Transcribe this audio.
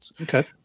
Okay